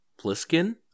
Pliskin